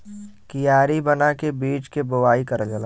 कियारी बना के बीज के बोवाई करल जाला